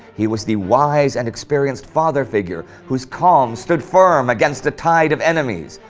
he was the wise and experienced father figure whose calm stood firm against a tide of enemies.